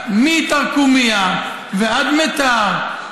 מתרקומיא ועד מיתר,